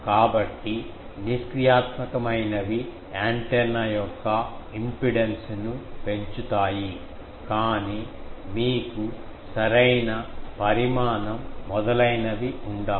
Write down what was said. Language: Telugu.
కాబట్టి నిష్క్రియాత్మకమైనవి యాంటెన్నా యొక్క ఇంపిడెన్స్ను పెంచుతాయి కానీ మీకు సరైన పరిమాణం మొదలైనవి ఉండాలి